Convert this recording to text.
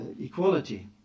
equality